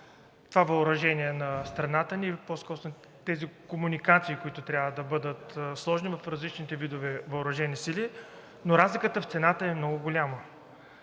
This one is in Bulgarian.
това въоръжение на страната ни, по-скоро тези комуникации, които трябва да бъдат сложени в различните видове въоръжени сили, но разликата в цената е много голяма.